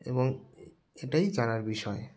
এবং এটাই জানার বিষয়